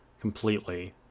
completely